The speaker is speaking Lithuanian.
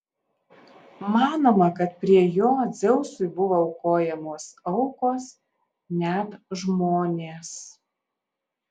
manoma kad prie jo dzeusui buvo aukojamos aukos net žmonės